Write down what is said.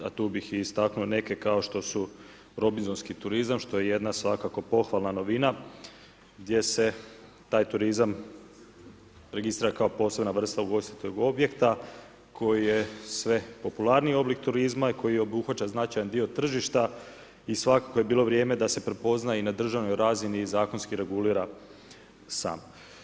A tu bih istaknuo neke kao što su robinzonski turizam, što je jedna svakako pohvalna novina, gdje se taj turizam, registra, kao posebna vrsta ugostiteljskog objekta, koji je sve popularniji oblik turizma i koji obuhvaća značajan dio tržišta i svakako je bilo vrijeme da se prepozna i na državnoj razini i zakonski regulira sam.